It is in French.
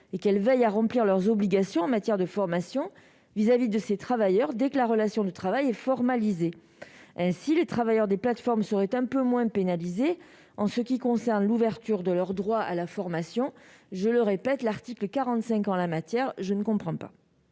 et qu'elles veillent à remplir leurs obligations en matière de formation vis-à-vis de ces travailleurs dès que la relation de travail est formalisée. Ainsi, les travailleurs des plateformes seraient un peu moins pénalisés en ce qui concerne l'ouverture de leurs droits à la formation. Que vient faire l'article 45 de la Constitution en la matière ? Je ne comprends pas